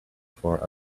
for